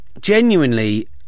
genuinely